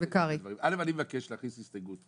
אני מבקש להכניס הסתייגות,